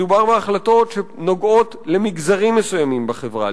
מדובר בהחלטות שנוגעות למגזרים מסוימים בחברה,